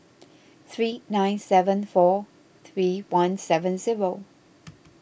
three nine seven four three one seven zero